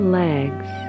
legs